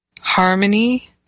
Harmony